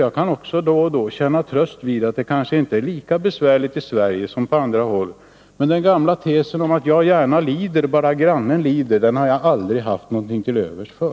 Jag kan också då och då känna tröst vid att det kanske inte är lika besvärligt i Sverige som på andra håll, men den gamla tesen om att jag gärna lider bara grannen lider har jag aldrig haft någonting till övers för.